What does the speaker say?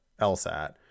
LSAT